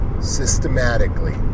Systematically